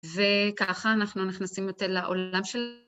וככה אנחנו נכנסים יותר לעולם של